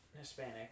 Hispanic